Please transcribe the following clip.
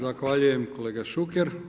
Zahvaljujem kolega Šuker.